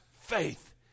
faith